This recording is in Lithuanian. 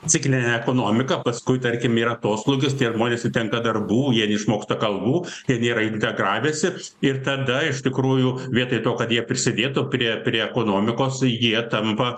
ciklinė ekonomika paskui tarkim yra atoslūgis tie žmonės netenka darbų jie neišmoksta kalbų jie nėra integravęsi ir tada iš tikrųjų vietoj to kad jie prisidėtų prie prie ekonomikos jie tampa